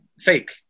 fake